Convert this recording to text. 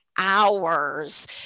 hours